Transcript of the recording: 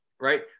right